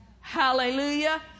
Hallelujah